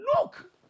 Look